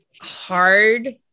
Hard